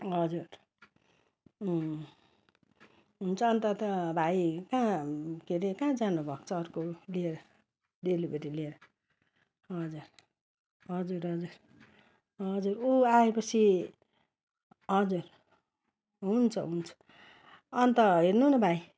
हजुर हुन्छ अन्त त भाइ कहाँ के हरे कहाँ जानु भएको छ अर्को लिएर डेलिभरी लिएर हजुर हजुर हजुर हजुर ऊ आए पछि हजुर हुन्छ हुन्छ अन्त हेर्नु न भाइ